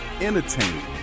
entertaining